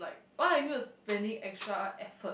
like why aren't you spending extra effort